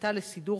החלטה לסידור